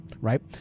right